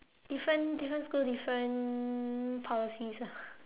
different different school different policies ah